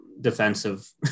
defensive